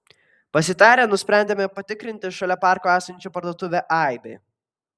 pasitarę nusprendėme patikrinti šalia parko esančią parduotuvę aibė